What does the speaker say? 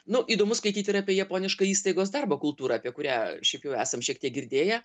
nu įdomu skaityti apie japonišką įstaigos darbo kultūra apie kurią šiaip jau esam šiek tiek girdėję